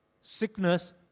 sickness